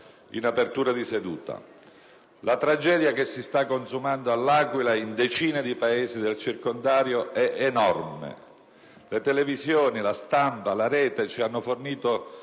in apertura di seduta. La tragedia che si sta consumando all'Aquila e in decine di Paesi del circondario è enorme: le televisioni, la stampa e la rete ci hanno fornito